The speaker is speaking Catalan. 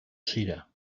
sirà